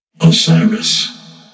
Osiris